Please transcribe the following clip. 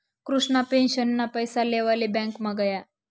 कृष्णा पेंशनना पैसा लेवाले ब्यांकमा गया